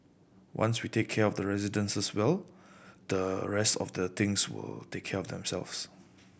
once we take care of the residents well the rest of the things will take care of themselves